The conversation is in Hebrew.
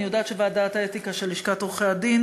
אני יודעת שוועדת האתיקה של לשכת עורכי-הדין